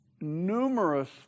numerous